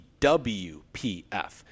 WPF